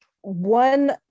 One